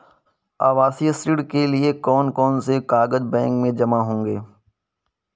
आवासीय ऋण के लिए कौन कौन से कागज बैंक में जमा होंगे?